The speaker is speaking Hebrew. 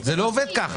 זה לא עובד ככה.